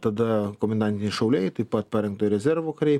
tada komendantiniai šauliai taip pat parengtojo rezervo kariai